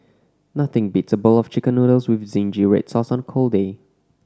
nothing beats a bowl of Chicken Noodles with zingy red sauce on a cold day